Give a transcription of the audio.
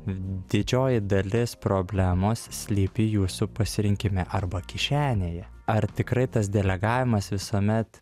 didžioji dalis problemos slypi jūsų pasirinkime arba kišenėje ar tikrai tas delegavimas visuomet